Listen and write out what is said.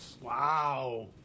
Wow